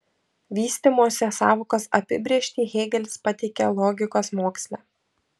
vystymosi sąvokos apibrėžtį hėgelis pateikia logikos moksle